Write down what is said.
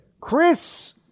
Chris